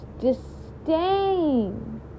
disdain